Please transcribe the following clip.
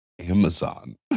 Amazon